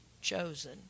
chosen